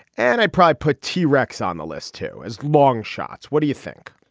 and i pry put t rex on the list, too, as long shots. what do you think?